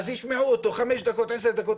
אז ישמעו אותו חמש דקות או עשר דקות,